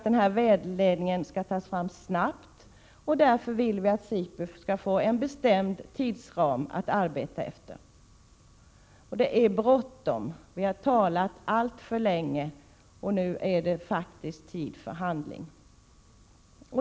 Den vägledningen skall tas fram snabbt, och därför bör SIPU få en bestämd tidsram att arbeta efter. Det är bråttom — vi har talat alltför länge, och nu är det tid för handling.